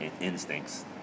instincts